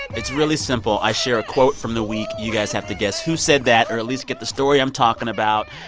it's really simple. i share a quote from the week. you guys have to guess who said that or at least get the story i'm talking about.